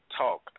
talk